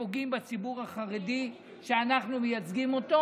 שפוגעים בציבור החרדי שאנחנו מייצגים אותו,